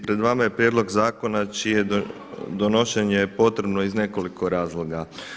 Pred vama je Prijedlog zakona čije donošenje je potrebno iz nekoliko razloga.